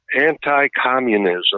anti-communism